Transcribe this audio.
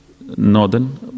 northern